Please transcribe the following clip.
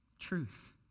Truth